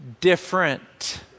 different